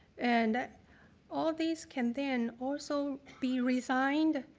and all these can then also be resigned,